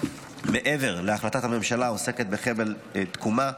מעבר להחלטת הממשלה העוסקת בחבל תקומה,